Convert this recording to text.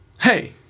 Hey